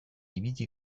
ibili